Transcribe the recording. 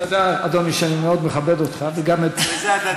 אתה יודע, אדוני, שאני מאוד מכבד אותך, וזה הדדי.